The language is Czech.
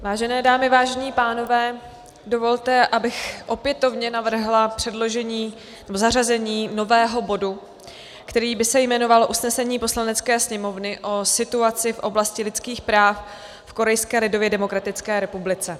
Vážené dámy, vážení pánové, dovolte, abych opětovně navrhla zařazení nového bodu, který by se jmenoval Usnesení Poslanecké sněmovny o situaci v oblasti lidských práv v Korejské lidově demokratické republice.